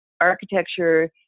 Architecture